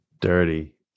dirty